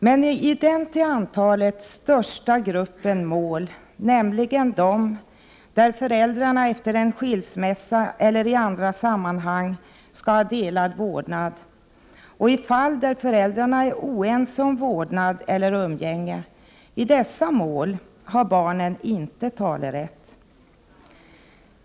Men i den till antalet största gruppen av mål, nämligen de där föräldrarna efter en skilsmässa eller i andra sammanhang skall ha delad vårdnad, och i fall där föräldrar är oense om vårdnad eller umgänge, har barnet inte talerätt.